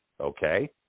okay